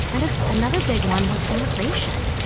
and ah another big one was immigration.